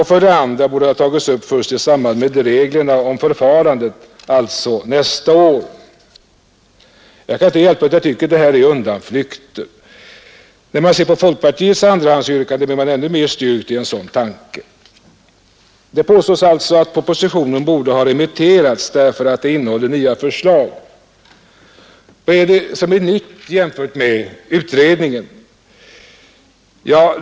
För det andra borde det ha tagits upp först i samband med reglerna om förfarandet — alltså nästa år. Jag kan inte hjälpa att jag tycker att det här är undanflykter. När man ser folkpartiets andrahandsyrkanden blir man ännu mer styrkt i en sådan tanke. Det påstås alltså att propositionen borde ha remitterats därför att den innehåller nya förslag. Vad är det som är nytt jämfört med utredningen?